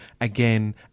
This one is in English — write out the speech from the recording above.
again